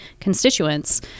constituents